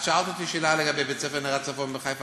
שאלת אותי לגבי בית-ספר "נר הצפון" בחיפה,